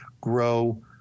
grow